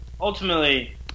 ultimately